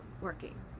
working